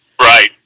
Right